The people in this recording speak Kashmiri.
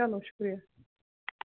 چَلو شُکریہ